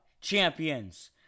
champions